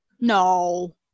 No